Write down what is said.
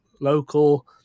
local